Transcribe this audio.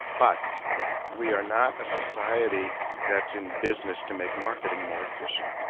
but we are not a society that's in business to make marketing more efficient.